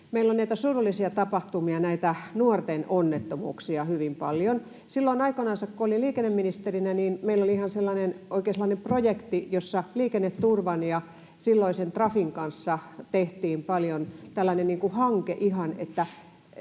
meillä on näitä surullisia tapahtumia, näitä nuorten onnettomuuksia, hyvin paljon. Silloin aikoinansa, kun olin liikenneministerinä, meillä oli oikein sellainen projekti — Liikenneturvan ja silloisen Trafin kanssa oli tällainen hanke